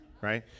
right